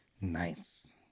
nice